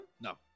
No